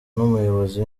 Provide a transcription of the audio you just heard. n’umuyobozi